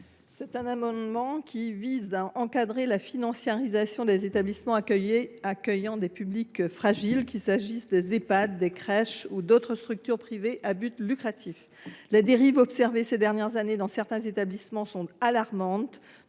présent amendement vise à encadrer la financiarisation des établissements accueillant des publics fragiles, qu’il s’agisse des Ehpad, des crèches ou d’autres structures privées à but lucratif. Les dérives observées ces dernières années dans certains établissements sont alarmantes.